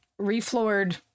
refloored